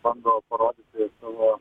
bando parodyti savo